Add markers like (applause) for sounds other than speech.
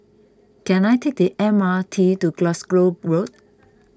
can I take the M R T to Glasgow Road (noise)